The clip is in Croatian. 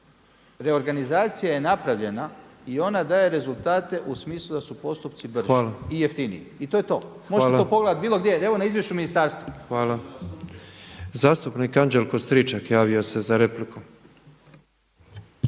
Reorganizacija je napravljena i ona daje rezultate u smislu da su postupci brži i jeftiniji. I to je to. Možete to pogledati bilo gdje, evo na izvješću ministarstva. **Petrov, Božo (MOST)** Hvala. Zastupnik Anđelo Stričak javio se za repliku.